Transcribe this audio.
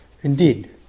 Indeed